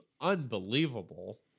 unbelievable